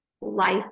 life